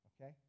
okay